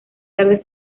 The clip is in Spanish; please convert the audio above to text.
tarde